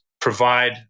provide